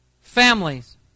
Families